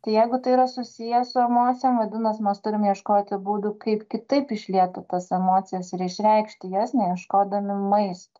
tai jeigu tai yra susiję su emocijom vadinas mes turim ieškoti būdų kaip kitaip išlieti tas emocijas ir išreikšti jas neieškodami maisto